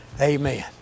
Amen